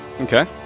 Okay